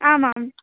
आम् आम्